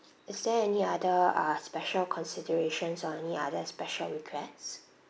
is there any other uh special considerations or any other special requests